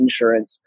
insurance